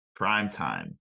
primetime